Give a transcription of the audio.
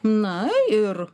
na ir